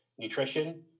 nutrition